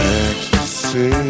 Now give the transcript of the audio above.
ecstasy